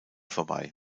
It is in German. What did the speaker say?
vorbei